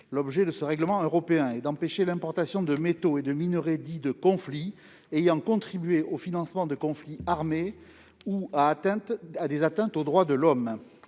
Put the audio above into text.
L'objet de ce règlement européen est d'empêcher l'importation de métaux et de minerais dits « de conflit » ayant contribué au financement de conflits armés ou à des atteintes aux droits de l'homme.